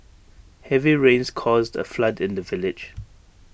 heavy rains caused A flood in the village